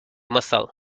muscle